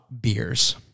beers